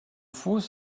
fuß